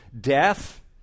death